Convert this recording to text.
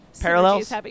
Parallels